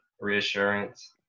reassurance